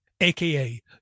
Aka